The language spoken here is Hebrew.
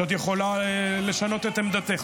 את עוד יכולה לשנות את עמדתך.